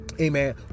Amen